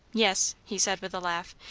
yes, he said with a laugh.